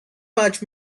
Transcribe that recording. much